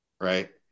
right